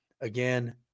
again